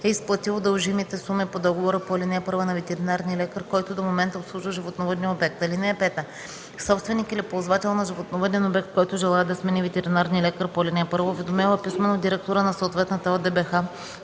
е изплатил дължимите суми по договора по ал. 1 на ветеринарния лекар, който до момента обслужва животновъдния обект. (5) Собственик или ползвател на животновъден обект, който желае да смени ветеринарния лекар по ал. 1, уведомява писмено директора на съответната ОДБХ